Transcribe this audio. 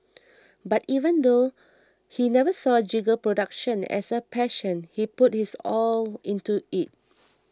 but even though he never saw jingle production as a passion he put his all into it